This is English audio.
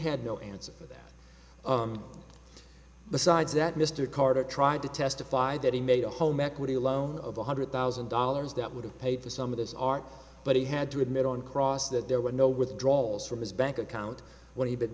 had no answer for that the sides that mr carter tried to testify that he made a home equity loan of one hundred thousand dollars that would have paid for some of his art but he had to admit on cross that there were no withdrawals from his bank account when he b